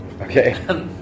Okay